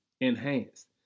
enhanced